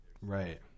Right